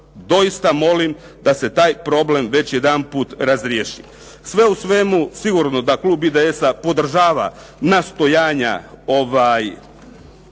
doista molim da se taj problem već jedanput razriješi. Sve u svemu, sigurno da klub IDS-a podržava nastojanja